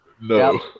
no